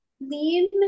lean